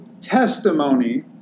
testimony